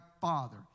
father